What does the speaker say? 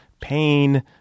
pain